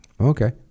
Okay